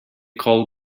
call